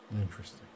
interesting